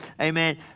Amen